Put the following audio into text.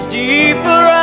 deeper